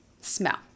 smell